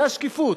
זה השקיפות,